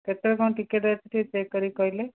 କେତେବେଳେ କ'ଣ ଟିକେଟ୍ ଅଛି ଟିକିଏ ଚେକ୍ କରିକି କହିଲେ